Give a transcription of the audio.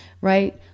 right